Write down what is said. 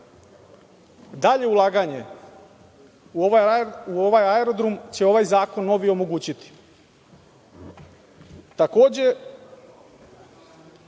Dalje ulaganje u ovaj aerodrom će ovaj zakon novi omogućiti.